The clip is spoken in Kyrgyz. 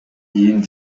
кийин